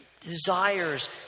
desires